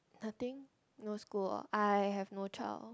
nothing no school ah I have no child